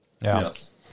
Yes